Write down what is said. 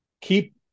Keep